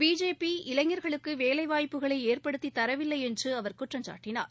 BJP இளைஞர்களுக்கு வேலைவாய்ப்புகளை ஏற்படுத்தித்தரவில்லை என்று அவர் குற்றம் சாட்டனார்